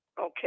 Okay